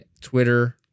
Twitter